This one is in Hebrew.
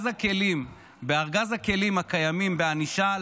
בארגז הכלים הקיימים בענישה,